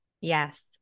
Yes